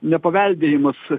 ne paveldėjimas